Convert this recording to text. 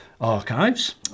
archives